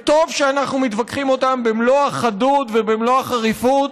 וטוב שאנחנו מתווכחים אותם במלוא החדות ובמלוא החריפות,